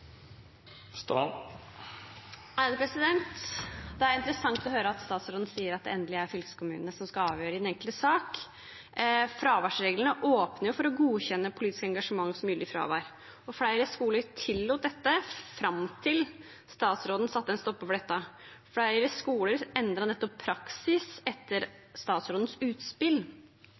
Det er interessant å høre statsråden si at det er fylkeskommunene som endelig skal avgjøre i den enkelte sak. Fraværsreglene åpner jo for å godkjenne politisk engasjement som gyldig fravær. Flere skoler tillot dette fram til statsråden satte en stopper for det. Flere skoler endret altså praksis etter statsrådens utspill.